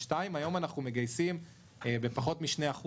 בשנת 2002, היום אנחנו מגייסים בפחות מ-2%.